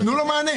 תנו לו מענה.